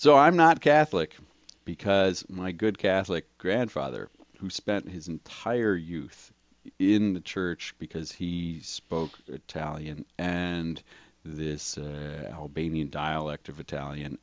so i'm not catholic because my good catholic grandfather who spent his entire youth in the church because he spoke italian and this albanian dialect of italian